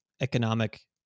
economic